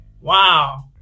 wow